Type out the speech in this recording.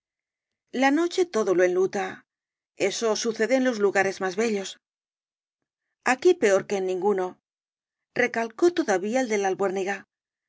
la noche todo lo enluta eso sucede en los lugares más bellos aquí peor que en ninguno recalcó todavía el de la